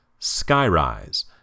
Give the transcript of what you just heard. Skyrise